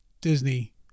Disney